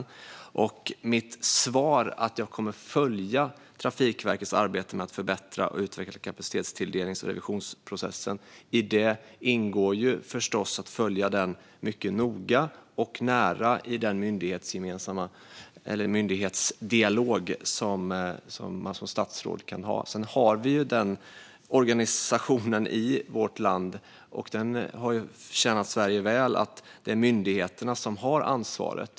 I mitt svar att jag kommer följa Trafikverkets arbete med att förbättra och utveckla kapacitetstilldelnings och revisionsprocessen ingår förstås att följa den mycket noga i den myndighetsdialog som man som statsråd kan ha. Den organisation vi har i vårt land, som har tjänat Sverige väl, är att det är myndigheterna som har ansvaret.